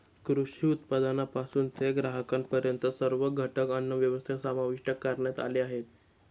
कृषी उत्पादनापासून ते ग्राहकांपर्यंत सर्व घटक अन्नव्यवस्थेत समाविष्ट करण्यात आले आहेत